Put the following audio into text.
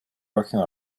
working